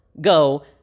go